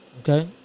Okay